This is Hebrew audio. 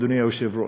אדוני היושב-ראש?